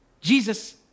Jesus